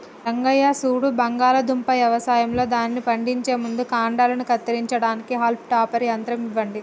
రంగయ్య సూడు బంగాళాదుంప యవసాయంలో దానిని పండించే ముందు కాండలను కత్తిరించడానికి హాల్మ్ టాపర్ యంత్రం ఇవ్వండి